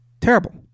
Terrible